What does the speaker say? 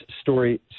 story